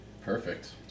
Perfect